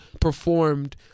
performed